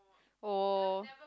oh